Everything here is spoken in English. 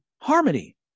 Harmony